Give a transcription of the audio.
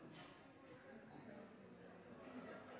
president